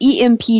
EMP